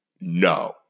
No